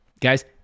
Guys